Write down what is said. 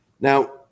Now